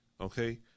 okay